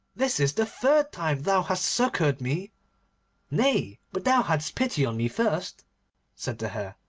this is the third time thou hast succoured me nay, but thou hadst pity on me first said the hare,